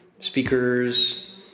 Speakers